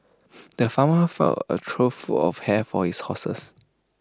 the farmer filled A trough full of hay for his horses